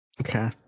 Okay